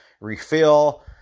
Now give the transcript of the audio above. refill